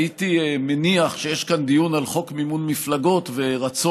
הייתי מניח שיש כאן דיון על חוק מימון מפלגות ורצון